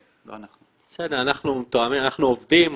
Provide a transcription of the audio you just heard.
אנחנו עובדים.